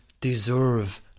deserve